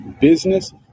business